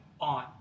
on